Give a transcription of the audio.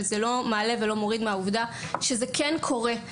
אבל זה לא מעלה ולא מוריד מהעובדה שזה כן קורה,